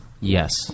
Yes